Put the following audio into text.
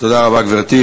תודה רבה, גברתי.